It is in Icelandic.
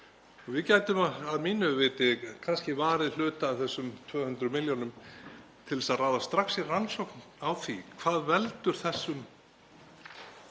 Við gætum að mínu viti kannski varið hluta af þessum 200 milljónum til að ráðast strax í rannsókn á því hvað veldur þessum